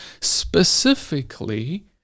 specifically